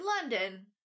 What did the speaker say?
London